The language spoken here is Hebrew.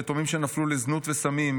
יתומים שנפלו לזנות וסמים,